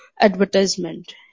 advertisement